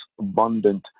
abundant